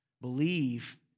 believe